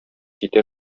китә